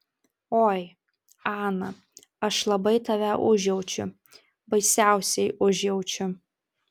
oi ana aš labai tave užjaučiu baisiausiai užjaučiu